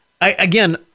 again